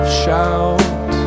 shout